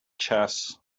chess